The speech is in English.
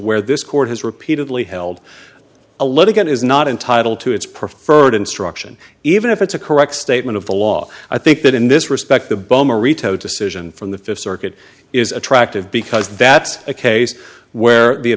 where this court has repeatedly held a litigant is not entitled to its preferred instruction even if it's a correct statement of the law i think that in this respect the boma rito decision from the fifth circuit is attractive because that's a case where the